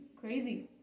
crazy